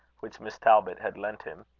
which miss talbot had lent him.